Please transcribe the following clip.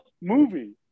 movie